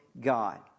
God